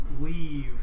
leave